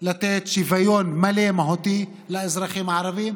לתת שוויון מלא מהותי לאזרחים הערבים,